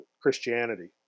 Christianity